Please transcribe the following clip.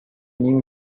new